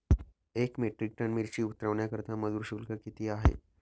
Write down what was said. एक metric tonne मिरची उतरवण्याकरता मजुर शुल्क किती आहे?